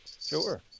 Sure